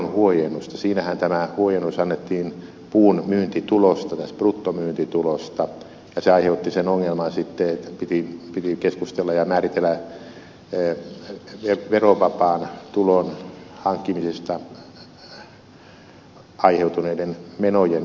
siinähän tämä huojennus annettiin puun myyntitulosta siis bruttomyyntitulosta ja se aiheutti sen ongelman sitten että piti keskustella ja määritellä verovapaan tulon hankkimisesta aiheutuneiden menojen vähennysoikeus